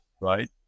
right